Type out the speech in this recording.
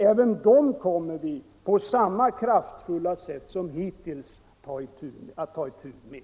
Även dem kommer vi — på samma kraftfulla sätt som hittills - att ta itu med.